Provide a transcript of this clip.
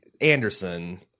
Anderson